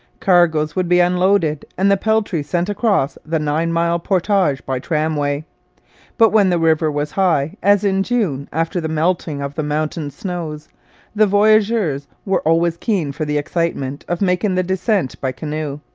cargoes would be unloaded and the peltry sent across the nine-mile portage by tramway but when the river was high as in june after the melting of the mountain snows the voyageurs were always keen for the excitement of making the descent by canoe.